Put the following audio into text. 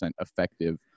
effective